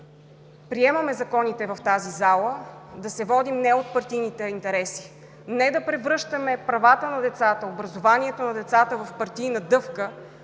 приемаме законите в тази зала, да се водим не от партийните интереси, не да превръщаме правата на децата, образованието на децата в партийна дъвка